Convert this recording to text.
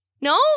No